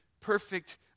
perfect